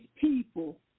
people